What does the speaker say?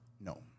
No